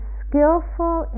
skillful